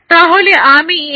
তাহলে আমি এখানেই শেষ করছি